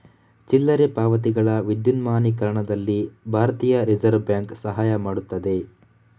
ಚಿಲ್ಲರೆ ಪಾವತಿಗಳ ವಿದ್ಯುನ್ಮಾನೀಕರಣದಲ್ಲಿ ಭಾರತೀಯ ರಿಸರ್ವ್ ಬ್ಯಾಂಕ್ ಸಹಾಯ ಮಾಡುತ್ತದೆ